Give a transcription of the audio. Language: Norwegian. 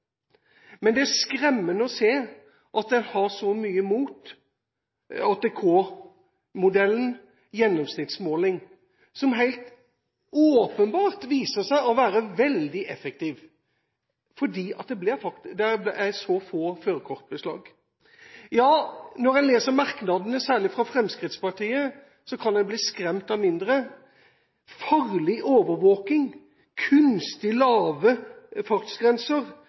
gjennomsnittsmåling – som helt åpenbart viser seg å være veldig effektiv for det er veldig få førerkortbeslag. Ja, når en leser merknadene, særlig fra Fremskrittspartiet, kan en bli skremt av mindre: Farlig overvåkning, kunstig lave fartsgrenser,